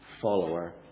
follower